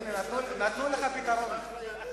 נתנו לך פתרון.